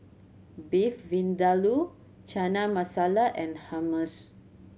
Beef Vindaloo Chana Masala and Hummus